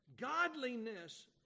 godliness